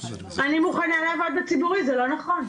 אני מוכנה לעבוד בציבורי, זה לא נכון.